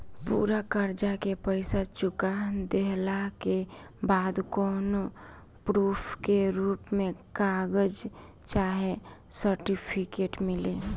पूरा कर्जा के पईसा चुका देहला के बाद कौनो प्रूफ के रूप में कागज चाहे सर्टिफिकेट मिली?